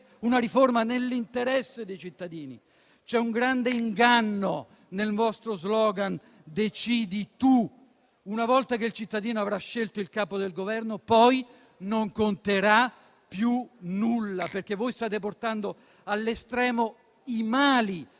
una riforma nell'interesse dei cittadini. C'è un grande inganno nel vostro *slogan* «decidi tu»: una volta che il cittadino avrà scelto il Capo del Governo, poi non conterà più nulla, perché voi state portando all'estremo i mali